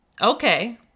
okay